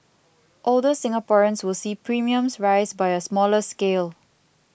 older Singaporeans will see premiums rise by a smaller scale